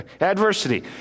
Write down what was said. Adversity